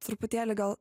truputėlį gal